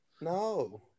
No